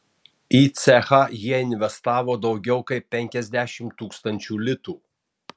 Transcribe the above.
į cechą jie investavo daugiau kaip penkiasdešimt tūkstančių litų